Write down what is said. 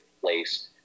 place